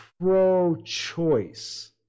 pro-choice